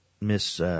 Miss